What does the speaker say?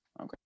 okay